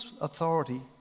authority